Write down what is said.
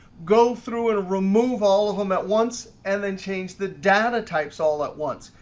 go through and remove all of them at once. and then change the data types all at once.